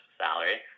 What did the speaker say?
salary